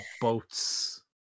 boats